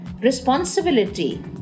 responsibility